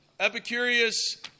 Epicurus